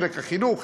חלק החינוך,